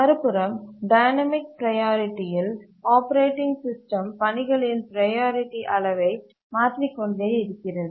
மறுபுறம் டைனமிக் ப்ரையாரிட்டியில் operating system பணிகளின் ப்ரையாரிட்டி அளவை மாற்றிக் கொண்டே இருக்கிறது